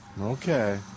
okay